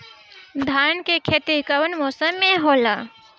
धान के खेती कवन मौसम में होला?